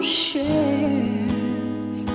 shares